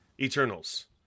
Eternals